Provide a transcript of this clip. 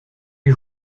les